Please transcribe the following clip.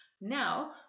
Now